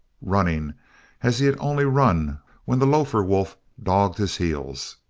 running as he had only run when the lofer wolf dogged his heels.